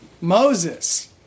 Moses